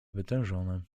wytężone